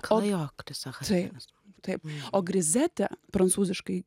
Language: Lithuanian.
klajoklis ahasferas taip o grizetė prancūziškai